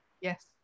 Yes